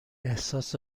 احساس